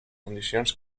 condicions